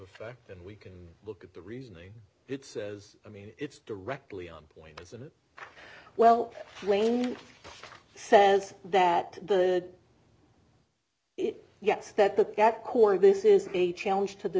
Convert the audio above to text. effect and we can look at the reasoning it says i mean it's directly on point isn't it well says that the it yes that the cat cora this is a challenge to the